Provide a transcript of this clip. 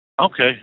Okay